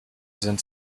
sind